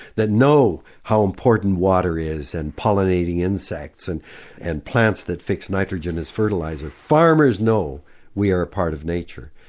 that know how important water is and pollinating insects and and plants that fix nitrogen as fertiliser, farmers know we are a part of nature,